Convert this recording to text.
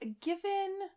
given